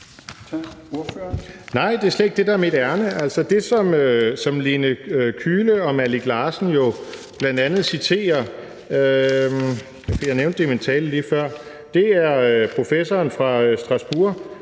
Nej, det er slet ikke det, der er mit ærinde. Altså, det, som Lene Kühle og Malik Larsen jo bl.a. citerer – jeg nævnte det i min tale lige